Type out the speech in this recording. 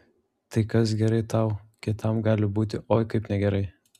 tai kas gerai tau kitam gali būti oi kaip negerai